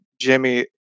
Jimmy